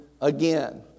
again